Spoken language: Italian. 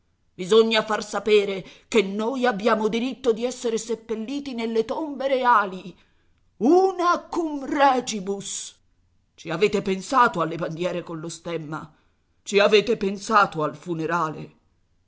bisogna far sapere che noi abbiamo diritto di esser seppelliti nelle tombe reali una cum regibus ci avete pensato alle bandiere collo stemma ci avete pensato al funerale